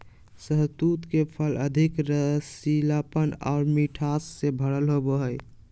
शहतूत के फल अधिक रसीलापन आर मिठास से भरल होवो हय